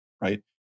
Right